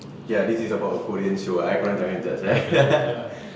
okay ah this is about korean show ah eh korang jangan judge aku